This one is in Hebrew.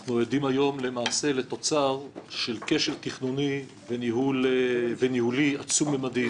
אנחנו עדים היום לתוצר של כשל תכנוני וניהולי עצום ומדהים.